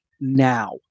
now